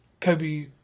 Kobe